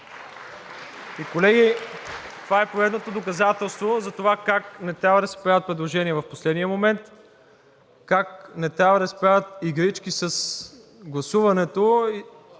Колеги, това е поредното доказателство за това как не трябва да се правят предложения в последния момент, как не трябва да се правят игрички с гласуването